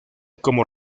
como